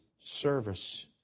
service